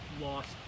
lost